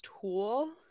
tool